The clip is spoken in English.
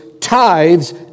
tithes